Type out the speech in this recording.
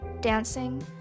dancing